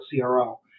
CRO